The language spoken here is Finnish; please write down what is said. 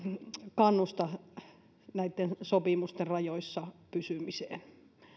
kannusta näitten sopimusten rajoissa pysymiseen